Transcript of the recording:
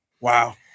Wow